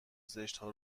زشتها